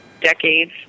decades